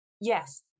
Yes